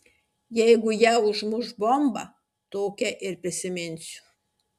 jeigu ją užmuš bomba tokią ir prisiminsiu